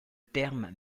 terme